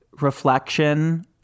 reflection